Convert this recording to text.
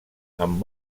amb